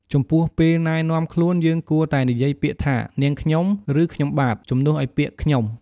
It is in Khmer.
ចំពោះពេលណែនាំខ្លួន យើងគួរតែនិយាយពាក្យថា "នាងខ្ញុំ" ឬ "ខ្ញុំបាទ" ជំនួសឲ្យពាក្យ "ខ្ញុំ"។